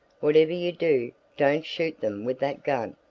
whatever you do, don't shoot them with that gun.